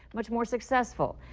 much more successful.